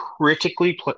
critically